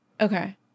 Okay